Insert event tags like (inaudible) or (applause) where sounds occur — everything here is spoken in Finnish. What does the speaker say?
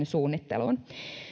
(unintelligible) suunnitteluun